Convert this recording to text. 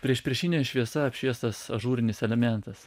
priešpriešine šviesa apšviestas ažūrinis elementas